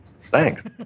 Thanks